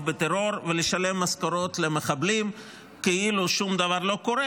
בטרור ולשלם משכורות למחבלים כאילו שום דבר לא קורה,